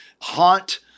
haunt